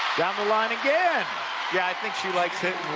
down the line again yeah, i think she likes